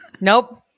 Nope